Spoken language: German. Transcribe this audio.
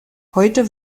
heute